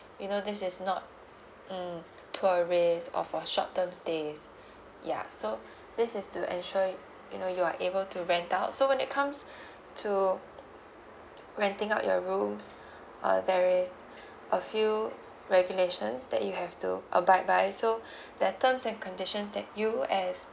you know this is not mm tourist or for short term stays ya so this is to ensure you know you're able to rent out so when it comes to renting out your rooms uh there is a few regulations that you have to abide by so that terms and conditions that you as